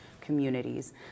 communities